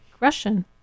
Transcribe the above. Russian